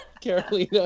Carolina